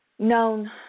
known